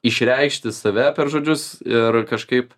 išreikšti save per žodžius ir kažkaip